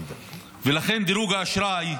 ולכן דירוג האשראי,